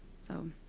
so